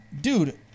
Dude